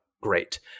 great